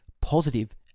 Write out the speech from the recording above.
positive